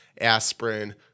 Aspirin